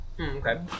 Okay